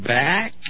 back